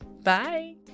Bye